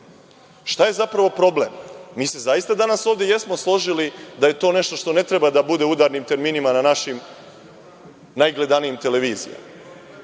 je zapravo problem? Mi se zaista danas ovde jesmo složili da je to nešto što ne treba da bude u udarnim terminima na našim najgledanijim televizijama,